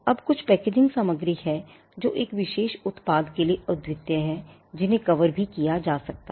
अब कुछ पैकेजिंग सामग्री हैं जो एक विशेष उत्पाद के लिए अद्वितीय हैं जिन्हें कवर भी किया जा सकता है